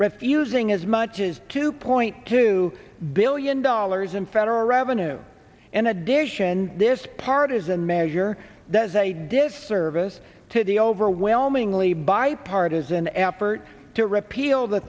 refusing as much as two point two billion dollars in federal revenue in addition this partisan measure does a disservice to the overwhelmingly bipartisan effort to repeal the